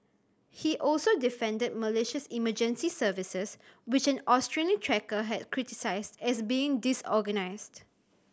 he also defended Malaysia's emergency services which an Australian trekker had criticised as being disorganised